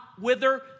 wither